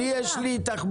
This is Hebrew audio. אני, יש לי תחבורה.